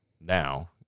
Now